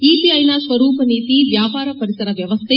ಇಪಿಐನ ಸ್ವರೂಪ ನೀತಿ ವ್ಯಾಪಾರ ಪರಿಸರ ವ್ಣವಸ್ಟೆ